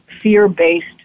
fear-based